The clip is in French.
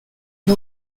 une